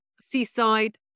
seaside